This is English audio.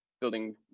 building